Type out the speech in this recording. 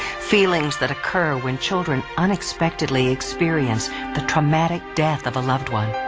feelings that occur when children unexpectedly experience the traumatic death of a loved one.